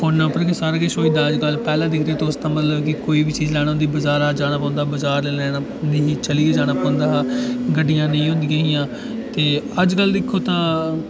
फोनै उप्पर गै सारा किश होई जंदा हा अजकल पैह्लें दिक्खो तुस ते मतलब कि कोई बी चीज लैना होंदी ही बजारै दा जाना पौंदा हा बजार लैना पौंदा ते चलियै जाना पौंदा हा गड्डियां नेईं होंदियां हियां ते अजकल दिक्खो तां